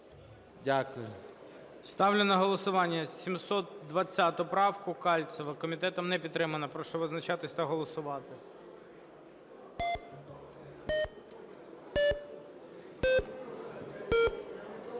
Ставлю на голосування 720 правку Кальцева. Комітетом не підтримати. Прошу визначатись та голосувати.